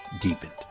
deepened